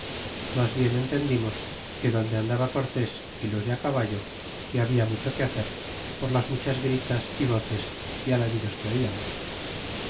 mas bien entendimos que donde andaba cortés y los de caballo que habia mucho que hacer por las muchas gritas y voces y alaridos que